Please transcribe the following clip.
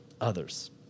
others